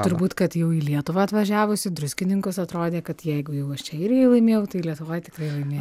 turbūt kad jau į lietuvą atvažiavus į druskininkus atrodė kad jeigu jau aš čia airijoj laimėjau tai lietuvoj tikrai laimė